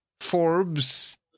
forbes